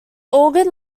organ